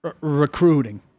recruiting